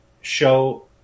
show